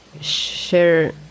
share